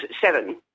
seven